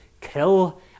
kill